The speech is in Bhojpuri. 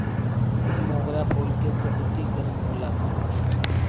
मोगरा फूल के प्रकृति गरम होला